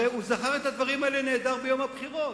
הרי הוא זכר את הדברים האלה נהדר ביום הבחירות.